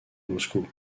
moscou